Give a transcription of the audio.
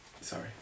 Sorry